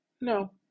No